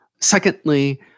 Secondly